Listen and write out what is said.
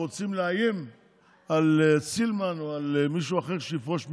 רוצים לאיים על סילמן או על מישהו אחר שיפרוש מימינה.